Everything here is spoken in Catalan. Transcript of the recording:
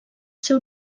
ser